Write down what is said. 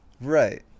Right